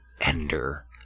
ender